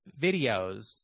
videos